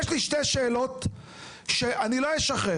יש לי שתי שאלות שאני לא אשחרר.